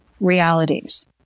realities